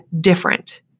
different